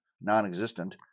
non-existent